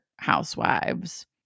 housewives